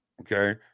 okay